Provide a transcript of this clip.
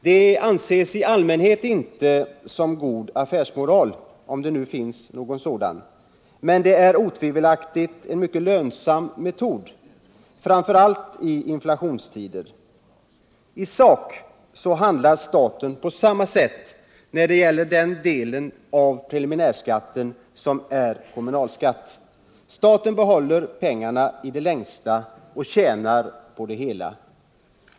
Det anses i allmänhet inte som god affärsmoral —-om det nu finns någon sådan - men det är otvivelaktigt en mycket lönsam metod, framför allt i inflationstider. I sak handlar staten på samma sätt när det gäller den del av preliminärskatten som är kommunalskatt. Staten behåller pengarna i det längsta och tjänar på det hela.